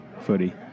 Footy